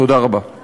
תודה רבה.